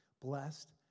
blessed